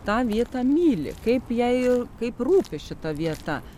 tą vietą myli kaip jai kaip rūpi šita vieta